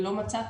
ולא מצאתי.